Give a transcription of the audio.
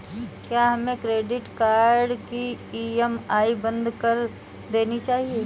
क्या हमें credit card की ई.एम.आई बंद कर देनी चाहिए?